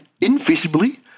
invisibly